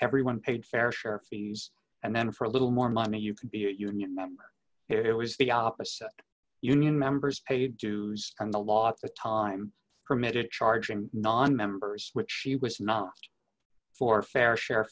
everyone paid fair share fees and then for a little more money you could be a union member it was the opposite union members paid dues and the law at the time permitted charging nonmembers which she was not for fair share